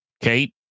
Kate